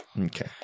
Okay